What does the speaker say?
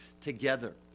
together